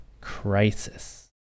crisis